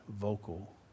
vocal